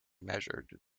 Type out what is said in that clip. measured